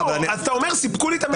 אתה אומר שסיפקו לך את המידע.